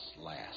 last